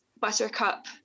Buttercup